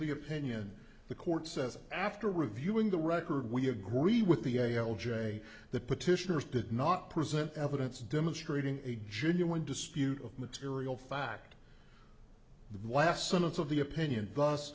the opinion the court says after reviewing the record we agree with the i a l j the petitioners did not present evidence demonstrating a genuine dispute of material fact the last sentence of the opinion